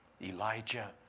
Elijah